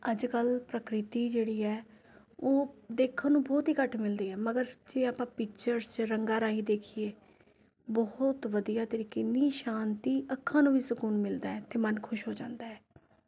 ਅੱਜ ਕੱਲ੍ਹ ਪ੍ਰਕਿਰਤੀ ਜਿਹੜੀ ਹੈ ਉਹ ਦੇਖਣ ਨੂੰ ਬਹੁਤ ਹੀ ਘੱਟ ਮਿਲਦੀ ਹੈ ਮਗਰ ਜੇ ਆਪਾਂ ਪਿਚਰਸ ਵਿੱਚ ਰੰਗਾਂ ਰਾਹੀਂ ਦੇਖੀਏ ਬਹੁਤ ਵਧੀਆ ਅਤੇ ਕਿੰਨੀ ਸ਼ਾਂਤੀ ਅੱਖਾਂ ਨੂੰ ਵੀ ਸਕੂਨ ਮਿਲਦਾ ਹੈ ਅਤੇ ਮਨ ਖੁਸ਼ ਹੋ ਜਾਂਦਾ ਹੈ